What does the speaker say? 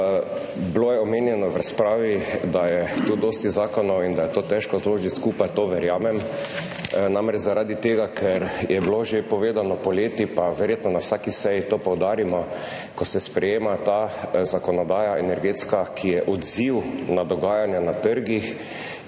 Bilo je omenjeno v razpravi, da je tukaj dosti zakonov, in da je to težko zložiti skupaj. To verjamem. Namreč zaradi tega ker je bilo že povedano poleti, pa verjetno na vsaki seji to poudarimo, ko se sprejema ta zakonodaja, energetska, ki je odziv na dogajanja na trgih,